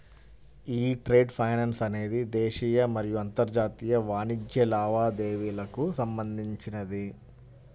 యీ trade finance అనేది దేశీయ మరియు అంతర్జాతీయ వాణిజ్య లావాదేవీలకు సంబంధించినది